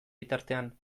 bitartean